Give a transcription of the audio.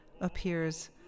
appears